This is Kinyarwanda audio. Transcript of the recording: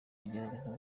agerageza